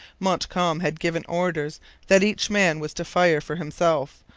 montcalm had given orders that each man was to fire for himself,